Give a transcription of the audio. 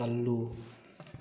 ꯀꯜꯂꯨ